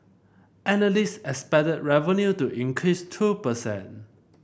analyst expected revenue to increase two per cent